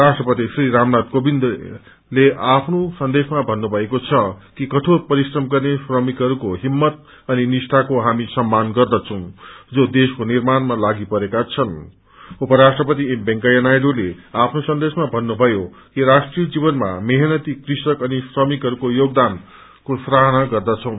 राष्ट्रपति श्री रामनागि कोविन्दले आफ्नो सन्देशमा भन्नुभएको छ कि कठोर परिश्रम गत्ने श्रकिहस्को हिम्मत अनिनिष्ठाको हामी सम्मान गर्दछै जो देशको निर्माणमा लागिपरेको छन् उपराष्ट्रपति एमवेकैया नायडूले आफ्नो सन्देशमा भन्नुषयो कि राष्ट्रिय जीवनमा मेहनती कृषक अनि श्रमिकहरूको योगदान को सराहना गर्दछौ